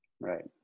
Right